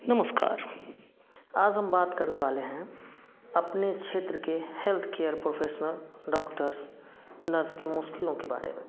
नमस्कार आज हम बात करने वाले हैं अपने क्षेत्र के health care professional doctors nurse की मुश्किलों के बारे में